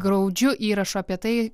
graudžiu įrašu apie tai